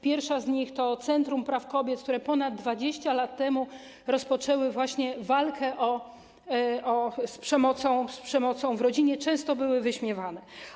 Pierwsza z nich to Centrum Praw Kobiet, które ponad 20 lat temu rozpoczęło właśnie walkę z przemocą w rodzinie, często było wyśmiewane.